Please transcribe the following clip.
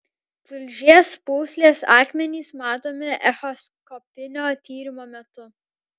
tulžies pūslės akmenys matomi echoskopinio tyrimo metu